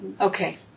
Okay